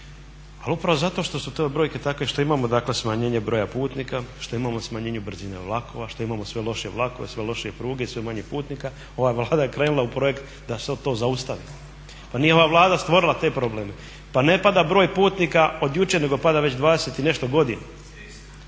Ali upravo zato što su to brojke takve što imamo dakle smanjenje broja putnika, što imamo smanjenje brzine vlakova, što imamo sve lošije vlakove, sve lošije pruge i sve manje putnika, ova Vlada je krenula u projekt da se to zaustavi. Pa nije ova Vlada stvorila te probleme, pa ne pada broj putnika od jučer nego pada već 20 i nešto godina.